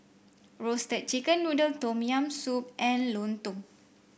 Roasted Chicken Noodle Tom Yam Soup and lontong